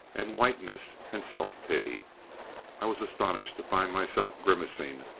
and whiteness, and self-pity. i was astonished to find myself grimacing,